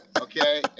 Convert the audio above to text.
okay